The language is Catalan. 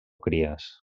cries